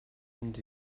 mynd